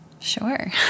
Sure